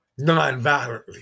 nonviolently